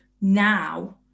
now